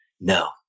No